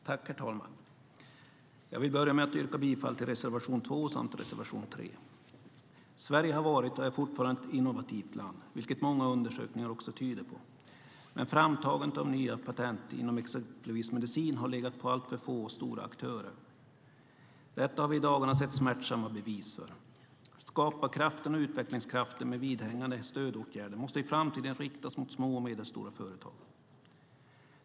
Herr talman! Jag vill börja med att yrka bifall till reservation 2 samt reservation 3. Sverige har varit och är fortfarande ett innovativt land, vilket många undersökningar också tyder på, men framtagandet av nya patent inom exempelvis medicin har legat på alltför få och stora aktörer. Detta har vi i dagarna sett smärtsamma bevis för. Skaparkraften och utvecklingskraften med vidhängande stödåtgärder måste i framtiden riktas mot små och medelstora företag.